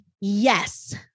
yes